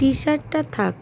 টি শার্টটা থাক